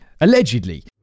Allegedly